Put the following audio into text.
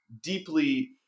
deeply